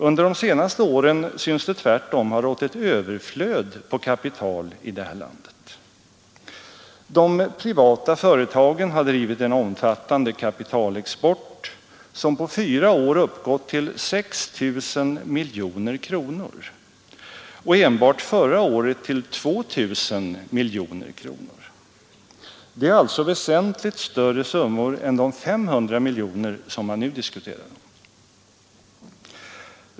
Under de senaste åren synes det tvärtom ha rått ett 24 maj 1973 överflöd på kapital i landet. De privata företagen har drivit en omfattande kapitalexport, som på fyra år uppgått till 6 000 miljoner kronor och enbart förra året till 2 000 miljoner kronor. Det är alltså väsentligt större summor än de 500 miljoner som man nu diskuterar om.